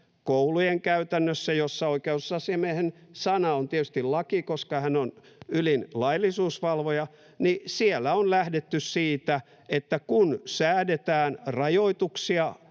koulujen käytännössä — jossa oikeusasiamiehen sana on tietysti laki, koska hän on ylin laillisuusvalvoja — on lähdetty siitä, että kun säädetään rajoituksia